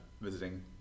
visiting